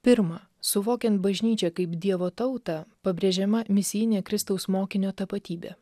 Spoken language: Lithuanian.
pirma suvokiant bažnyčią kaip dievo tautą pabrėžiama misijinė kristaus mokinio tapatybė